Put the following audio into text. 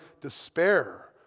despair